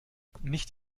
nicht